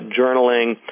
journaling